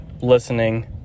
listening